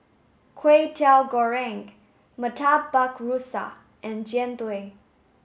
Kway Teow Goreng Murtabak Rusa and Jian Dui